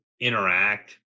interact